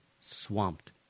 swamped